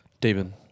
David